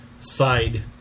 side